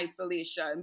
isolation